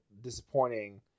disappointing